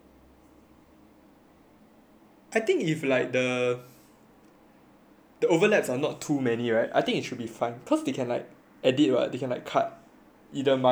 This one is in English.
I think if like the the overlaps are not too many [right] I think it should be fine cause they can like edit [right] they can like cut either mine or your part out